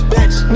Bitch